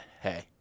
hey